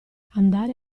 andare